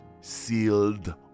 Sealed